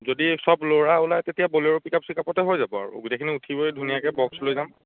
যদি চ'ব ল'ৰা ওলাই তেতিয়া বলেৰ' পিক আপ চিক আপতে হৈ যাব আৰু গোটেইখিনি উঠিবই ধুনীয়াকৈ বক্স লৈ যাম